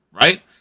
right